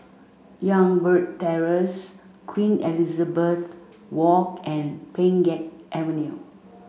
Youngberg Terrace Queen Elizabeth Walk and Pheng Geck Avenue